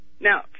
Now